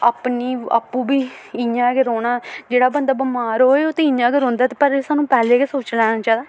अपनी आपूं बी इ'यां गै रौह्ना जेह्ड़ा बंदा बमार होऐ ओह् ते इ'यां गै रौंह्दा ते पर एह् सानूं पैह्लें गै सोची लैना चाहिदा